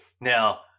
Now